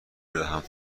بدهم